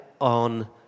on